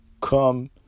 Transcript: come